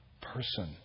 person